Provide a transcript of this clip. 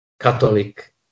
Catholic